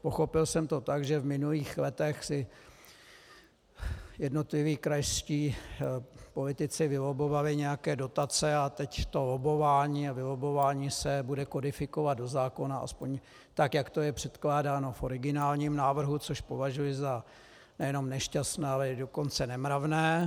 Pochopil jsem to tak, že v minulých letech si jednotliví krajští politici vylobbovali nějaké dotace a teď to lobbování a vylobbování se bude kodifikovat do zákona, aspoň tak, jak to je předkládáno v originálním návrhu, což považuji za nejenom nešťastné, ale i dokonce nemravné.